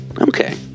Okay